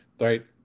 right